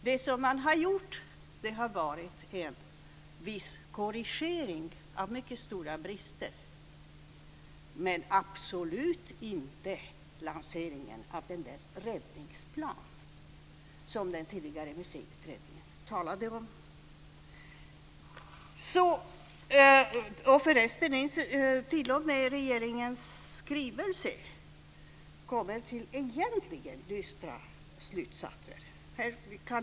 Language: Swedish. Det som man har gjort har varit en viss korrigering av mycket stora brister, men absolut inte lanseringen av räddningsplanen, som den tidigare Museiutredningen talade om. T.o.m. i regeringens skrivelse kommer man fram till dystra slutsatser.